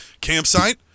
campsite